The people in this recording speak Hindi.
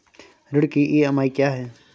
ऋण की ई.एम.आई क्या है?